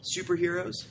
superheroes